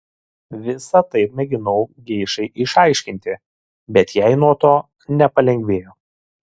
visa tai mėginau geišai išaiškinti bet jai nuo to nepalengvėjo